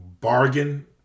bargain